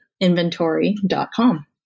inventory.com